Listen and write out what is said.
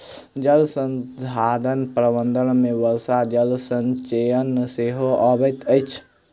जल संसाधन प्रबंधन मे वर्षा जल संचयन सेहो अबैत अछि